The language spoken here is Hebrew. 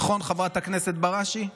נכון, חברת הכנסת בראשי?